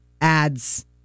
ads